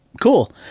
cool